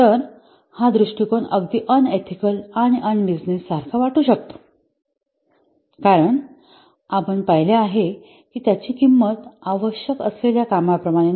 तर हा दृष्टिकोन अगदी अनएथिकल आणि अनबिझनेस सारखा वाटू शकतो कारण आपण पाहिले आहे की त्यांची किंमत आवश्यक असलेल्या कामा प्रमाणे नाही